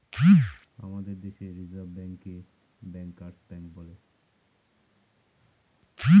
আমাদের দেশে রিসার্ভ ব্যাঙ্কে ব্যাঙ্কার্স ব্যাঙ্ক বলে